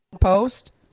post